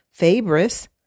Fabris